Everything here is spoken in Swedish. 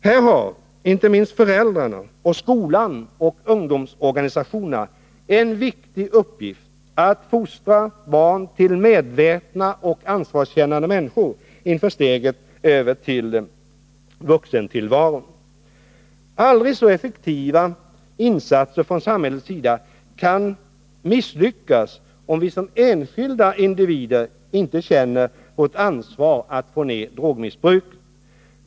Här har föräldrarna, skolan och ungdomsorganisationerna en viktig uppgift i att fostra barn till medvetna och ansvarskännande människor inför steget över till vuxentillvaron. Aldrig så effektiva insatser från samhällets sida kan misslyckas om inte vi som enskilda individer känner vårt ansvar för att få ner drogmissbruket.